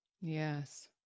Yes